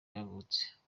yavutse